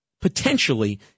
potentially